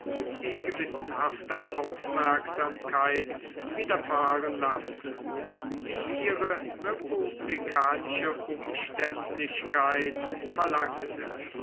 die gewissenhafte aufmerksamkeit widerfahren lassen die ihre republikanische umständlichkeit verlangte